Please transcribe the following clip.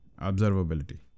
observability